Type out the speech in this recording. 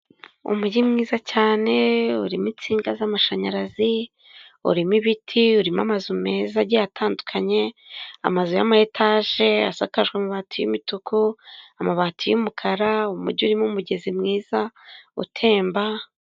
Umujyi mwiza cyane urimo insinga z'amashanyarazi, urimo ibiti, urimo amazu meza agiye atandukanye, amazu y'amayetaje, asakaje amabati y'imituku, amabati y'umukara, umujyi urimo umugezi mwiza utemba.